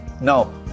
No